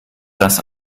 das